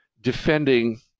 defending